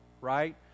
right